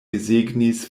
desegnis